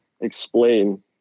explain